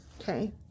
okay